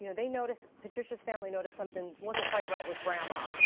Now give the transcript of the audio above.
you know they noticed patricia's family noticed something wasn't quite right with grandma,